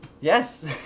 Yes